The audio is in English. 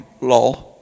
law